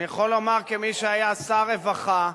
אני יכול לומר, כמי שהיה שר רווחה,